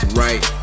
right